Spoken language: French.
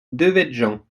devedjian